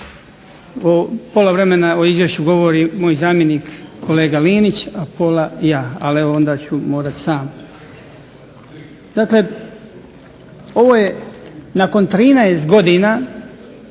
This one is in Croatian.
da pola vremena o izvješću govori moj zamjenik kolega Linić, a pola ja. Ali morat ću sam. Dakle, ovo je nakon 13 godina